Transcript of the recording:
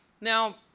Now